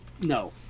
No